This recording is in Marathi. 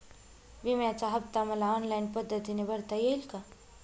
विम्याचा हफ्ता मला ऑनलाईन पद्धतीने भरता येईल का?